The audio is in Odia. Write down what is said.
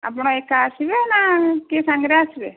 ଆପଣ ଏକା ଆସିବେ ନା କିଏ ସାଙ୍ଗରେ ଆସିବେ